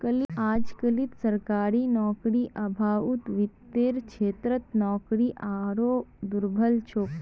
अजकालित सरकारी नौकरीर अभाउत वित्तेर क्षेत्रत नौकरी आरोह दुर्लभ छोक